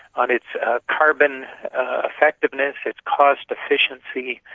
on its carbon effectiveness, its cost efficiency,